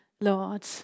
Lord